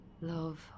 Love